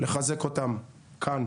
לחזק אותם כאן,